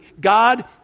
God